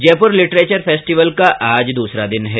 Jaipur literature festival का आज दूसरा दिन है